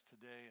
today